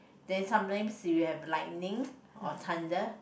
then sometimes if you have lightning or thunder